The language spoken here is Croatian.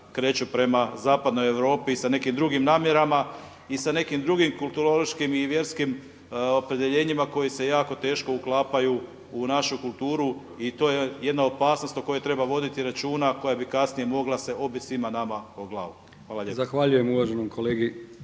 kreću prema Zapadnoj Europi i sa nekim drugim namjerama i sa nekim drugim kulturološkim i vjerskim opredjeljenjima koji se jako teško uklapaju u našu kulturu i to je jedna opasnost o kojoj treba voditi računa, a koja bi kasnije mogla se obit svima nama o glavu. Hvala lijepo.